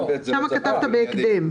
שם נכתב "בהקדם".